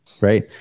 right